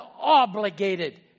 obligated